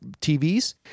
TVs